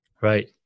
Right